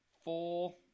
four